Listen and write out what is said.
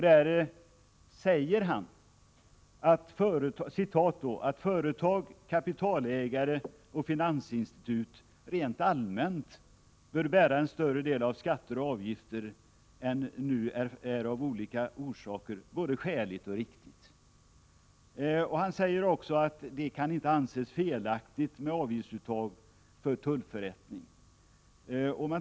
Där säger han: ”Att företag, kapitalägare och finansinstitut rent allmänt bär en större del av skatter och avgifter än nu är av olika orsaker både skäligt och riktigt.” Han säger också att det inte kan anses felaktigt med avgiftsuttag för tullförrättning.